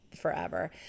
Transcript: forever